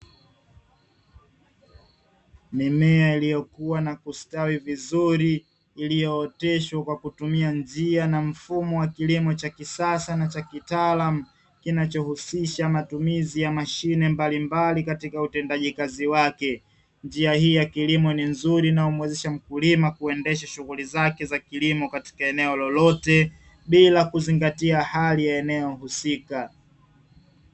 Mimea iliyokuwa na kustawi vizuri iliyooteshwa kwa kutumia njia na mfumo wa kilimo cha kisasa na cha kitaalamu, kinachohusisha matumizi ya mashine mbalimbali katika utendaji kazi wake, njia hii ya kilimo nzuri inayomuwezesha mkulima kuendesha shughuli zake za kilimo katika eneo lolote bila kuzingatia hali ya eneo husika.